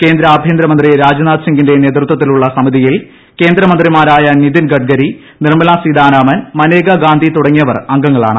കേന്ദ്ര ആഭ്യന്തരമന്ത്രി രാജ്നാഥ് സിംഗിന്റെ നേതൃത്വത്തിലുള്ള സമിതിയിൽ കേന്ദ്രമന്ത്രിമാരായ നിതിൻ ഗഡ്കരി നിർമ്മലാ സീതാരാമൻ മനേകാ ഗാന്ധി തുടങ്ങിയവർ അംഗങ്ങളാണ്